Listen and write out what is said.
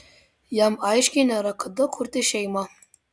jam aiškiai nėra kada kurti šeimą